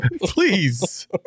please